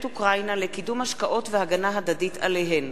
אוקראינה לקידום השקעות והגנה הדדית עליהן,